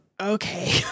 okay